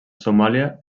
somàlia